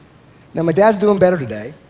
now, my dad's doing better today,